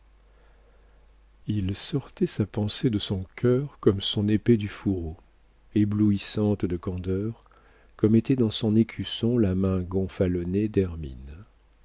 il sortait sa pensée de son cœur comme son épée du fourreau éblouissante de candeur comme était dans son écusson la main gonfalonnée d'hermine